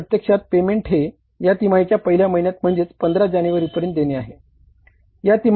परंतु प्रत्यक्षात पेमेंट हे या तिमाहीच्या पहिल्या महिन्यात म्हणजेच 15 जानेवारीपर्यंत देणे आहे